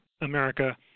America